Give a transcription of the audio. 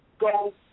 go